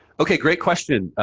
ok. great question.